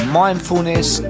mindfulness